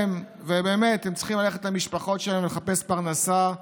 ובאמת הם צריכים ללכת למשפחות שלהם ולחפש פרנסה,